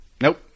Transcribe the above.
Nope